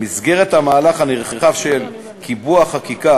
במסגרת המהלך הנרחב של קיבוע החקיקה